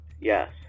Yes